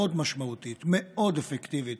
מאוד משמעותית, מאוד אפקטיבית